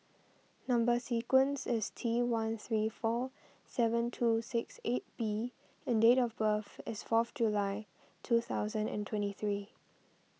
Number Sequence is T one three four seven two six eight B and date of birth is fourth July two thousand and twenty three